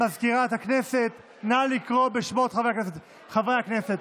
מזכירת הכנסת, נא לקרוא בשמות חברי הכנסת.